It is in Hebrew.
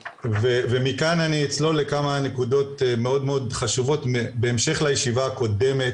ומכאן אני אצלול לכמה נקודות מאוד מאוד חשובות בהמשך לישיבה הקודמת,